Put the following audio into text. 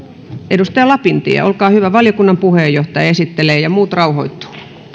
edustaja lapintie olkaa hyvä valiokunnan puheenjohtaja esittelee ja muut rauhoittuvat